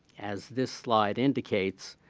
as this slide indicates,